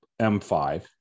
M5